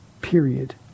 period